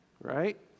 Right